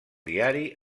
diari